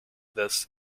this